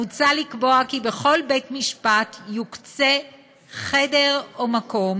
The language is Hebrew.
מוצע לקבוע כי בכל בית-משפט יוקצה חדר או מקום